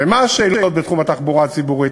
ומה השאלות בתחום התחבורה הציבורית?